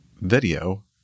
video